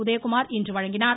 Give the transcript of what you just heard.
உதயகுமார் இன்று வழங்கினார்